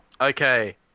Okay